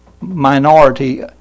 minority